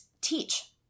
teach